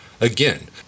Again